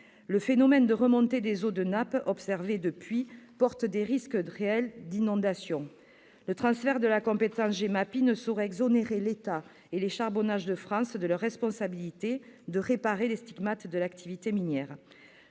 Le phénomène de remontée des eaux de nappe, observé depuis lors, porte des risques réels d'inondations. Le transfert de la compétence GEMAPI ne saurait exonérer l'État et les Charbonnages de France de leur responsabilité de réparer les stigmates de l'activité minière.